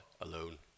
alone